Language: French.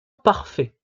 parfait